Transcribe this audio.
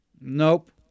Nope